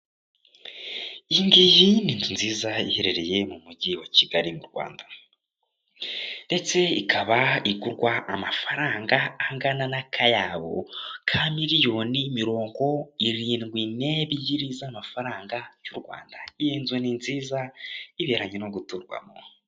Iyi ngiyi ni inzu nziza iherereye mu mujyi wa Kigali mu Rwanda, ndetse ikaba igurwa amafaranga angana n'akayabo ka miliyoni mirongo irindwi n'ebyiri z'amafaranga y'u Rwanda, iyi nzu ni nziza iberanye no guturwamo.